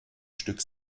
stück